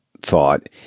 thought